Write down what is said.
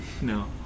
No